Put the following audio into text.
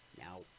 Now